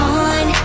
on